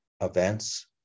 events